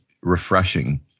refreshing